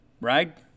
right